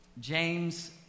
James